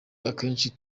akenshi